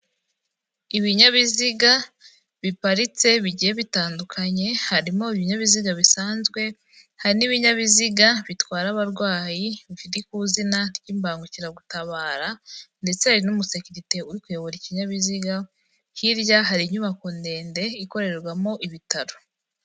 Ibinyabiziga biparitse bigiye bitandukanye, harimo ibinyabiziga bisanzwe, hari n'ibinyabiziga bitwara abarwayi bizwi ku izina ry'imbangukiragutabara ndetse hari n'umusekirite uri kuyobora ikinyabiziga, hirya hari inyubako ndende ikorerwamo ibitaro.